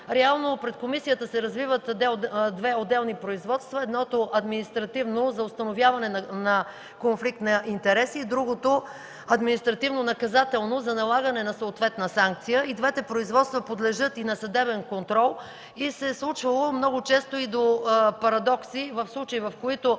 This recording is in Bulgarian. реално пред комисията се развиват две отделни производства. Едното е административно – за установяване на конфликт на интереси, другото е административнонаказателно – за налагане на съответна санкция. И двете производства подлежат и на съдебен контрол, и много често се е стигало до парадокси – в случаи, в които